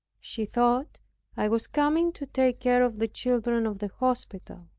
she thought i was coming to take care of the children of the hospital.